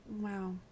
Wow